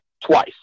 twice